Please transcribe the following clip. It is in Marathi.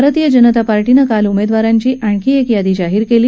भारतीय जनता पार्टीनं काल उमेदवारांची आणखी एक यादी जाहीर केली